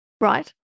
Right